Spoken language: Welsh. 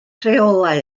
rheolau